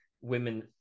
women